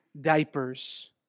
diapers